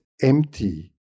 Empty